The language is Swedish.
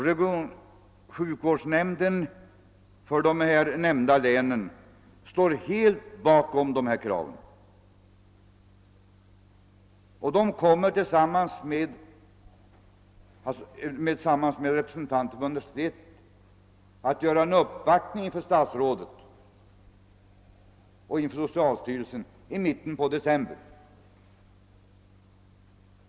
Regionsjukvårdsnämnden för nämnda län står helt bakom dessa krav och kommer tillsammans med representanter för universitetet att uppvakta statsrådet och socialstyrelsen i mitten på december.